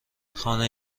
خانه